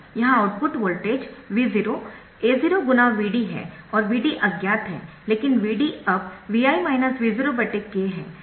यहां output voltage V0 A0 Vd है और Vd अज्ञात है लेकिन Vd अब Vi V 0 k है